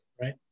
Right